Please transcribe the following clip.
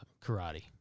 karate